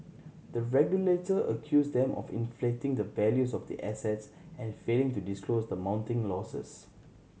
the regulator accused them of inflating the values of the assets and failing to disclose the mounting losses